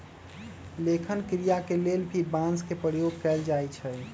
लेखन क्रिया के लेल भी बांस के प्रयोग कैल जाई छई